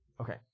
Okay